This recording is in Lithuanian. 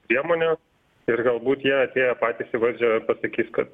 priemonės ir galbūt jie atėję patys į valdžią pasakys kad